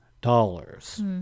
dollars